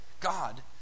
God